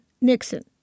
Nixon